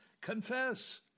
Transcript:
confess